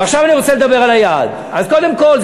ועכשיו אני רוצה לדבר על היעד: אז קודם כול,